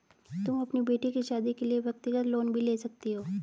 तुम अपनी बेटी की शादी के लिए व्यक्तिगत लोन भी ले सकती हो